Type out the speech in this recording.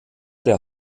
der